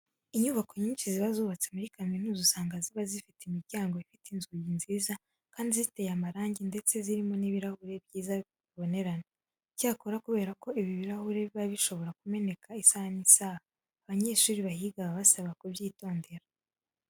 Inyubako nyinshi ziba zubatse muri kaminuza usanga ziba zifite imiryango ifite inzugi nziza kandi ziteye amarangi ndetse zirimo n'ibirahure byiza bibonerana. Icyakora kubera ko ibi birahure biba bishobora kumeneka isaha n'isaha, abanyeshuri bahiga baba basabwa kubyitondera.